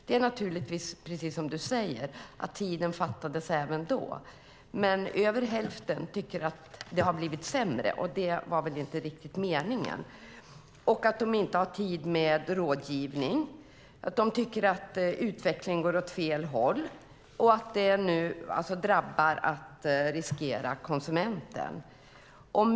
Det är naturligtvis precis som du säger, att tiden fattades även tidigare, men över hälften tycker att det har blivit sämre, och det var väl inte riktigt meningen. De har inte tid med rådgivning. De tycker att utvecklingen går åt fel håll och att det riskerar att drabba konsumenten.